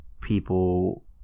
people